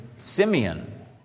Simeon